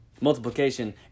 Multiplication